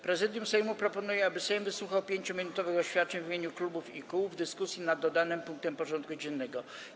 Prezydium Sejmu proponuje, aby Sejm wysłuchał 5-minutowych oświadczeń w imieniu klubów i kół w dyskusji nad dodanym punktem porządku dziennego.